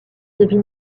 devin